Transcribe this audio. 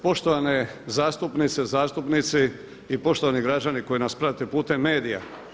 Poštovane zastupnice, zastupnici i poštovani građani koji nas pratite putem medija.